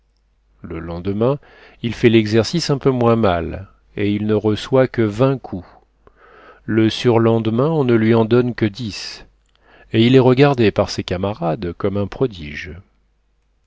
le lendemain il fait l'exercice un peu moins mal et il ne reçoit que vingt coups le surlendemain on ne lui en donne que dix et il est regardé par ses camarades comme un prodige